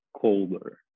colder